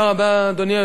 אדוני היושב-ראש,